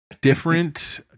different